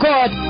God